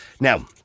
Now